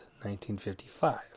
1955